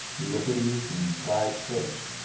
euripides and clyde fitch!